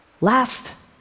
Last